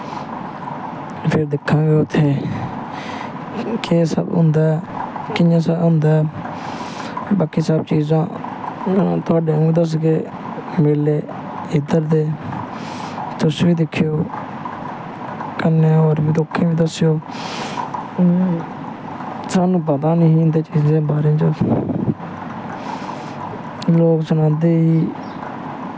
फिर दिक्खां गे उत्थें केह् किश होंदा कियां होंदा बाकी सब चीजां होन तुहानू दसगे मेले इध्दर दे तुस बी दिक्खेओ कन्नै होर बी लोकें गी दस्सेओ स्हानू पता नी हा इनें चीजें बारे च लोग सनांदे ही